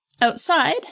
Outside